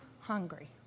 hungry